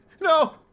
No